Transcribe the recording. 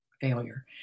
failure